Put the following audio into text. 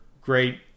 great